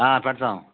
పెడతాం